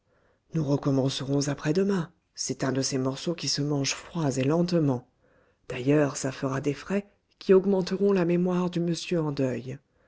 nous recommencerons après-demain c'est un de ces morceaux qui se mangent froids et lentement d'ailleurs ça fera des frais qui augmenteront la mémoire du monsieur en deuil